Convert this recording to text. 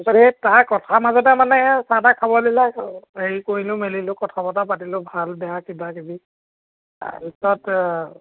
পিছত সেই তাৰ কথাৰ মাজতে মানে এই চাহ তাহ খাব দিলে হেৰি কৰিলোঁ মেলিলোঁ কথা বতা পাতিলোঁ ভাল বেয়া কিবা কিবি তাৰপিছত